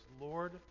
Lord